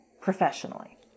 professionally